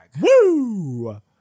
Woo